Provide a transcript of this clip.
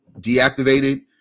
deactivated